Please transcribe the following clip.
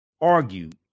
argued